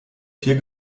vier